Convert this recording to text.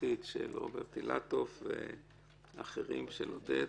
הפרטית של רוברט אילטוב ואחרים, של עודד.